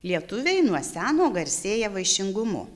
lietuviai nuo seno garsėja vaišingumu